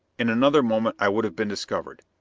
in another moment i would have been discovered.